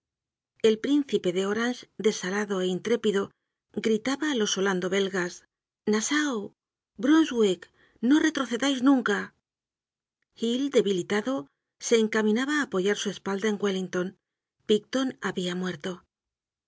el príncipe de orange desalado é intrépido gritaba á los holando belgas nassau brunswick no retrocedáis nunca hill debilitado se encaminaba á apoyar su espalda en wellington picton habia muerto